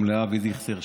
וגם לאבי דיכטר,